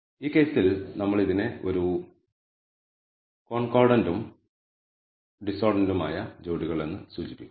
ഈ കേസിൽ നമ്മൾ ഇതിനെ ഒരു കോൺകോർഡന്റും ഡിസോർഡന്റുമായ ജോഡികൾ എന്ന് സൂചിപ്പിക്കുന്നു